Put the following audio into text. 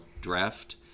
draft